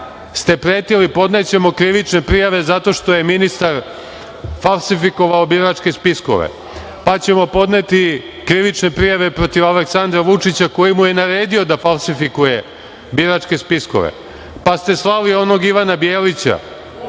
ste pretili podnećemo krivične prijave zato što je ministar falsifikova biračke spiskove, pa ćemo podneti krivične prijave protiv Aleksandra Vučića koji mu je naredio da falsifikuje biračke spiskove, pa ste slali onog Ivana Bjelića